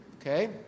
okay